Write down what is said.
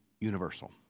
universal